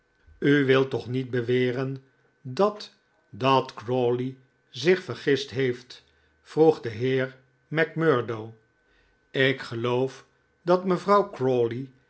u wilt toch niet beweren dat dat crawley zich vergist heeft vroeg de heer macmurdo ik geloof dat mevrouw